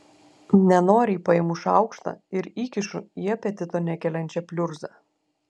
nenoriai paimu šaukštą ir įkišu į apetito nekeliančią pliurzą